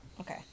okay